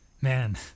Man